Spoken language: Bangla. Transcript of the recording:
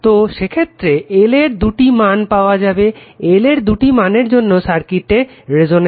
তো সেক্ষেত্রে L এর দুটি মান পাওয়া যাবে L এর দুটি মানের জন্য সার্কিটে রেসনেন্স হবে